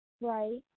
Right